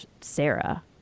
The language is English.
Sarah